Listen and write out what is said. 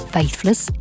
Faithless